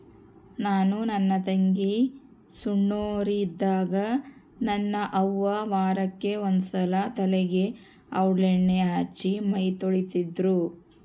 ನಾನು ನನ್ನ ತಂಗಿ ಸೊಣ್ಣೋರಿದ್ದಾಗ ನನ್ನ ಅವ್ವ ವಾರಕ್ಕೆ ಒಂದ್ಸಲ ತಲೆಗೆ ಔಡ್ಲಣ್ಣೆ ಹಚ್ಚಿ ಮೈತೊಳಿತಿದ್ರು